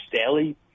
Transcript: daily